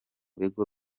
bigo